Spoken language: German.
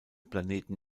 planeten